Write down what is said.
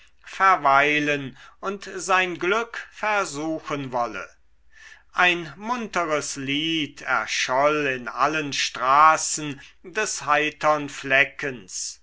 verweilen und sein glück versuchen wolle ein munteres lied erscholl in allen straßen des heitern fleckens